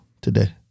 Today